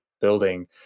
building